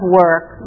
work